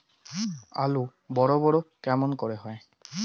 আলু বড় বড় কেমন করে হয়?